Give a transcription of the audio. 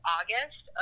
August